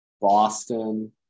Boston